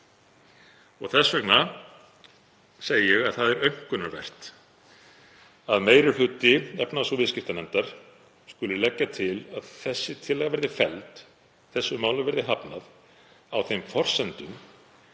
nú. Þess vegna segi ég að það er aumkunarvert að meiri hluti efnahags- og viðskiptanefndar skuli leggja til að þessi tillaga verði felld, að þessu máli verður hafnað á þeim forsendum